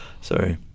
sorry